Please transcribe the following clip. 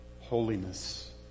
holiness